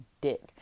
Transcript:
dick